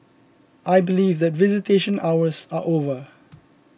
I believe that visitation hours are over